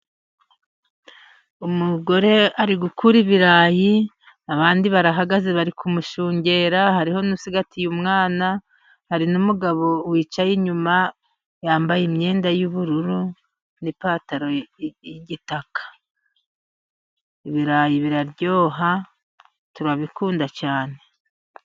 Umugore ari gukura ibirayi, abandi barahagaze bari kumushungera, hariho n'usigatiye umwana, hari n'umugabo wicaye inyuma, yambaye imyenda y'ubururu n'ipantaro y'igitaka. Ibirayi biraryoha turabikunda cyane.